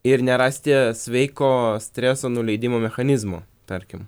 ir nerasti sveiko streso nuleidimo mechanizmų tarkim